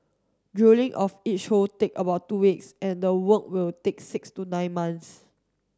drilling of each hole take about two weeks and the work will take six to nine months